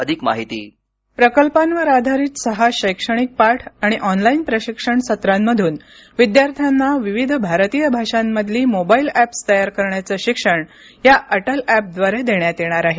अधिक माहिती प्रकल्पांवर आधारित सहा शैक्षणिक पाठ आणि ऑनलाईन प्रशिक्षण सत्रांमधून विद्यार्थ्यांना विविध भारतीय भाषांमधली मोबाईल ऍप्स तयार करण्याचं शिक्षण या अटल ऍपद्वारे देण्यात येणार आहे